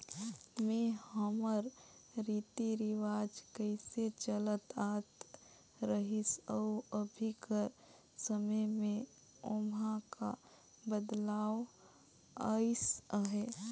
में हमर रीति रिवाज कइसे चलत आत रहिस अउ अभीं कर समे में ओम्हां का बदलाव अइस अहे